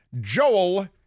Joel